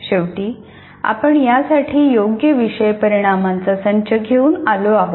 शेवटीआपण या साठी योग्य विषय परिणामांचा संच घेऊन आलो आहोत